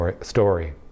story